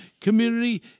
community